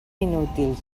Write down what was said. inútil